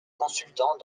consultant